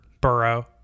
Burrow